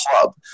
club